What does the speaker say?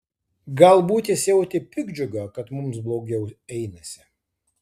galbūt jis jautė piktdžiugą kad mums blogiau einasi